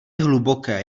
hluboké